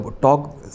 talk